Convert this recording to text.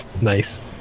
nice